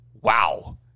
wow